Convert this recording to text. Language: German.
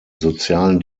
sozialen